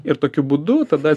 ir tokiu būdu tada